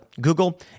Google